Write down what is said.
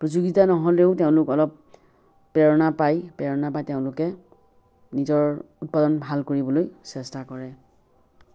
প্ৰযোগিতা নহ'লেও তেওঁলোক অলপ প্ৰেৰণা পায় প্ৰেৰণা পায় তেওঁলোকে নিজৰ উৎপাদন ভাল কৰিবলৈ চেষ্টা কৰে